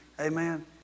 Amen